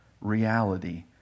reality